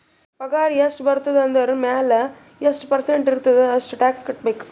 ಪಗಾರ್ ಎಷ್ಟ ಬರ್ತುದ ಅದುರ್ ಮ್ಯಾಲ ಎಷ್ಟ ಪರ್ಸೆಂಟ್ ಇರ್ತುದ್ ಅಷ್ಟ ಟ್ಯಾಕ್ಸ್ ಕಟ್ಬೇಕ್